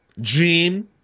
Gene